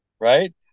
right